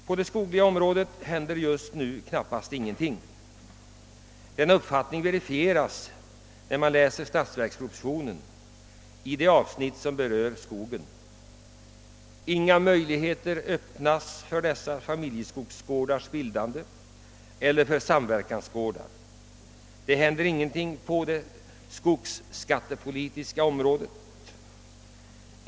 På det skogliga området händer det just nu knappast någonting. Denna uppfattning verifieras när man läser stats verkspropositionen i det avsnitt som berör skogen. Inga möjligheter öppnas för bildandet av familjeskogsgårdar eller samverkansgårdar. Det händer ingenting på det skogsskattepolitiska området.